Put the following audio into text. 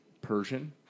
Persian